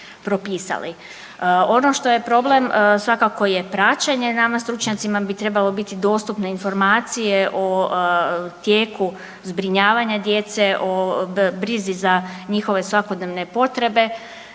Ono što je problem svakako je praćenje. Nama stručnjacima bi trebale biti dostupne informacije o tijeku zbrinjavanja djece, o brizi za njihove svakodnevne potrebe,